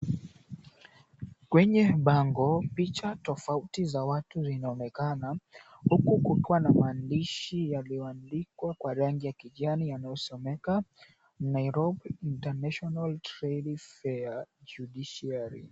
Kwenye bango, picha tofauti za watu zinaonekana huku kukiwa na maandishi yaliyoandikwa kwa rangi ya kijani yanayosomeka, Nairobi International Trade Fair, Judiciary.